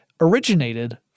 originated